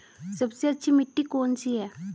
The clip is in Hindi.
सबसे अच्छी मिट्टी कौन सी है?